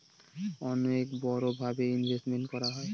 অনেক বড়ো ভাবে ইনভেস্টমেন্ট করা হয়